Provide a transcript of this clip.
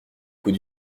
coup